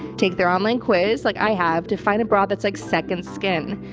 take their online quiz like i have to find a bra that's like second skin.